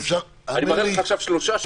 אני מראה לך עכשיו שלושה --- אדוני,